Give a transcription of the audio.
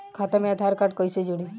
खाता मे आधार कार्ड कईसे जुड़ि?